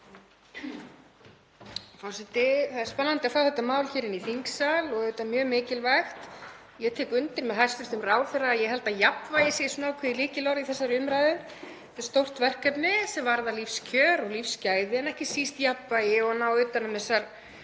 Það er spennandi að fá þetta mál hér inn í þingsal og auðvitað mjög mikilvægt. Ég tek undir með hæstv. ráðherra, ég held að jafnvægi sé ákveðið lykilorð í þessari umræðu. Þetta er stórt verkefni sem varðar lífskjör og lífsgæði en ekki síst jafnvægi og að ná utan um þessar